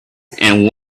and